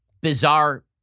bizarre